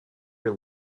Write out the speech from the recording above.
your